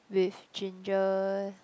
with ginger